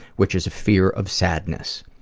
which is a fear of sadness.